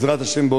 בעזרת השם,